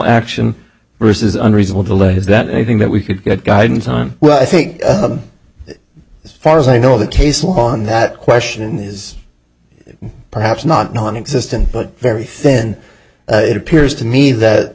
action vs unreasonable delay is that anything that we could get guidance time well i think this far as i know the case law on that question is perhaps not nonexistent but very thin it appears to me that